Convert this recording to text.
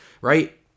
right